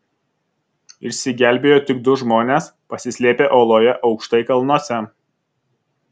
išsigelbėjo tik du žmonės pasislėpę oloje aukštai kalnuose